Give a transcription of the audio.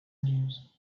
news